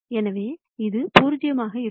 எனவே இது 0 ஆக இருக்கும்